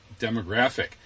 demographic